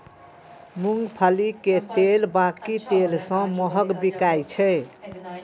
मूंगफली के तेल बाकी तेल सं महग बिकाय छै